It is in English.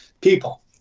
people